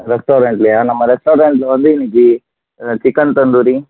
ரெஸ்ட்டாரண்ட்லயா நம்ம ரெஸ்ட்டாரண்டில் வந்து இன்னக்கு சிக்கன் தந்தூரி